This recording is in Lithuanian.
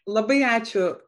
labai ačiū